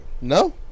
No